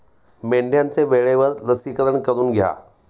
मेंढ्यांचे वेळेवर लसीकरण करून घ्या